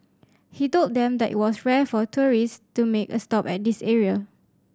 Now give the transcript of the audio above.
he told them that it was rare for tourist to make a stop at this area